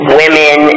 women